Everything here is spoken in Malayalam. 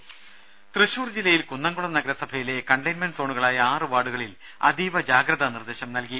രദര ത്യശൂർ ജില്ലയിൽ കുന്നംകുളം നഗരസഭയിലെ കണ്ടെയ്ൻമെന്റ് സോണുകളായ ആറ് വാർഡുകളിൽ അതീവ ജാഗ്രതാ നിർദ്ദേശം നൽകി